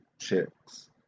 chicks